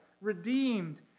redeemed